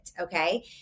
Okay